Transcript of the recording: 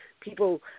People